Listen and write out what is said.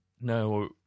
no